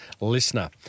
listener